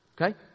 Okay